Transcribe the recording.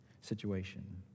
situation